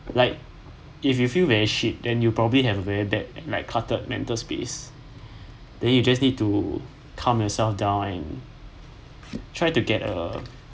like if you feel very shit then you probably have a very bad like clutter mental space then you just need calm yourself down and try to get a